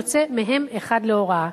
יוצא מהם אחד להוראה".